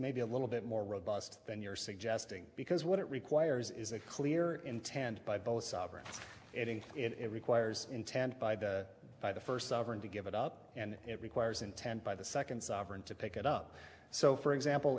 maybe a little bit more robust than you're suggesting because what it requires is a clear intent by both sovereigns it requires intent by the by the first sovereign to give it up and it requires intent by the second sovereign to pick it up so for example